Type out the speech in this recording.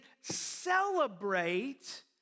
celebrate